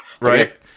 right